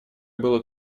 было